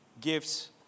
gifts